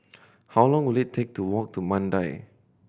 how long will it take to walk to Mandai